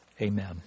amen